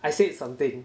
I said something